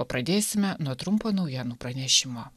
o pradėsime nuo trumpo naujienų pranešimo